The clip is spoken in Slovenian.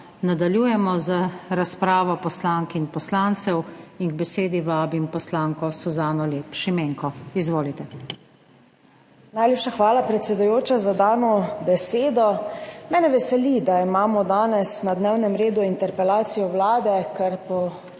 nadaljujemo z razpravo poslank in poslancev in k besedi vabim poslanko Suzano Lep Šimenko. Izvolite. **SUZANA LEP ŠIMENKO (PS SDS):** Najlepša hvala, predsedujoča, za dano besedo. Mene veseli, da imamo danes na dnevnem redu interpelacijo Vlade, kar je